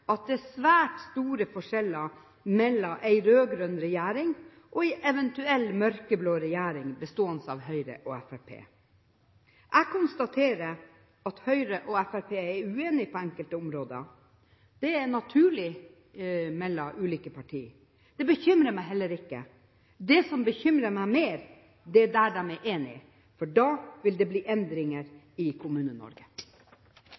at det vil være svært store forskjeller mellom en rød-grønn regjering og en eventuell mørkeblå regjering, bestående av Høyre og Fremskrittspartiet. Jeg konstaterer at Høyre og Fremskrittspartiet er uenige på enkelte områder. Det er naturlig for ulike partier. Det bekymrer meg heller ikke. Det som bekymrer meg mer, er det de er enige om. Da vil det bli